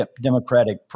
Democratic